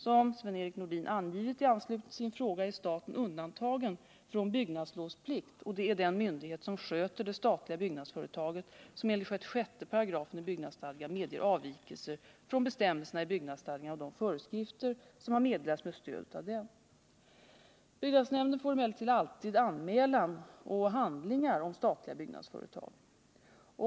Som Sven-Erik Nordin angivit i anslutning till sina frågor är staten undantagen från byggnadslovsplikt, och det är den myndighet som sköter det statliga byggnadsföretaget som enligt 668 BS medger avvikelser från bestämmelserna i byggnadsstadgan och de föreskrifter som har meddelats med stöd av den. Byggnadsnämnden får emellertid alltid anmälan och handlingar om statliga byggnadsföretag.